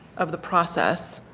of the process.